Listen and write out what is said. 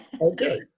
Okay